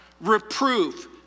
Reproof